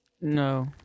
No